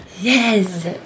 Yes